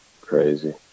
crazy